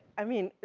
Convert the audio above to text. i mean,